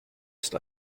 ist